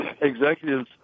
executives